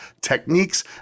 techniques